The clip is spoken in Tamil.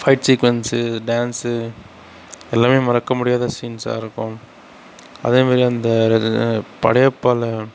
ஃபைட் சீக்குவென்ஸு டான்ஸு எல்லாமே மறக்க முடியாத சீன்ஸாக இருக்கும் அதேமாதிரி அந்த படையப்பாவில்